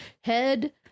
head